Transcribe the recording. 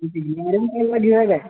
घेउया काय